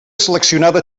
seleccionada